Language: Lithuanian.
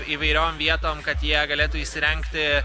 įvairiom vietom kad jie galėtų įsirengti